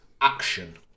action